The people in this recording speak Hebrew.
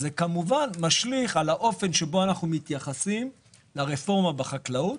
זה משליך על האופן שבו אנחנו מתייחסים לרפורמה בחקלאות,